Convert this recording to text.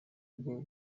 bwo